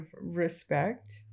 respect